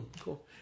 Cool